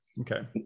Okay